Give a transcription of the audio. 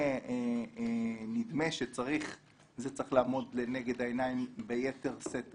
נדמה שזה צריך לעמוד נגד העיניים ביתר שאת,